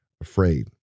afraid